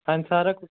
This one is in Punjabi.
ਹਾਂਜੀ ਸਾਰਾ ਕੁ